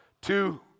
two